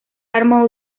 armas